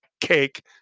cake